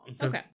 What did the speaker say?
okay